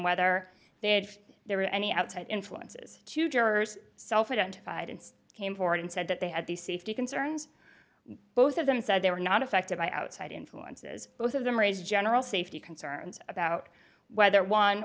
whether they had there were any outside influences to jurors self identified and came forward and said that they had these safety concerns both of them said they were not affected by outside influences both of them raised general safety concerns about whether one